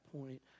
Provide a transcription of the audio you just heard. point